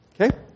Okay